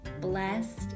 Blessed